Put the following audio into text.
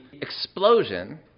explosion